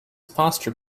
posture